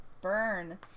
burn